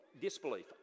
disbelief